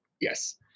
Yes